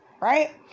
right